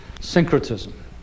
syncretism